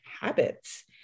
habits